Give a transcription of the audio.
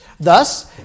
Thus